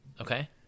Okay